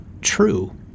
true